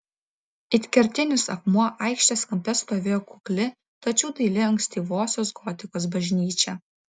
it kertinis akmuo aikštės kampe stovėjo kukli tačiau daili ankstyvosios gotikos bažnyčia